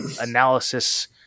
analysis